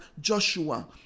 Joshua